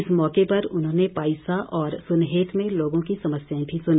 इस मौके पर उन्होंने पाईसा और सुनहेत में लोगों की समस्याएं भी सुनी